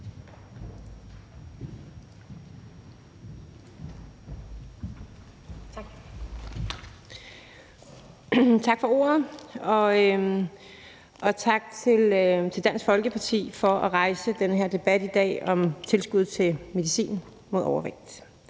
Tak for ordet, og tak til Dansk Folkeparti for at rejse den her debat i dag om tilskud til medicin mod overvægt.